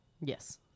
Yes